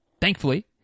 thankfully